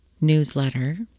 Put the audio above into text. newsletter